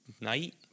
night